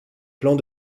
plans